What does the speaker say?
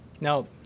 Now